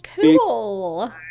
cool